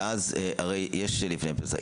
ואז הרי יש את לפני פסח,